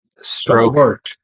stroke